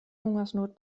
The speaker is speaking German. hungersnot